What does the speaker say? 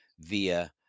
via –